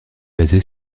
basé